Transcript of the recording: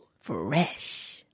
Fresh